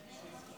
אלמוג,